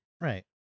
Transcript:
Right